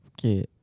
Okay